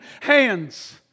hands